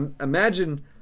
imagine